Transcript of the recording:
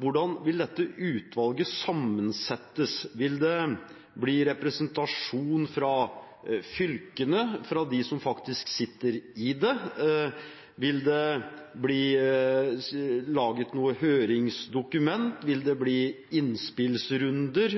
Hvordan vil dette utvalget settes sammen? Vil det bli representasjon fra fylkene, fra dem som faktisk er der? Vil det bli laget noe høringsdokument? Vil det bli innspillsrunder?